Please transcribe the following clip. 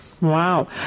Wow